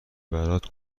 برات